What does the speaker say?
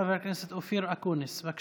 חבר הכנסת אופיר אקוניס, בבקשה.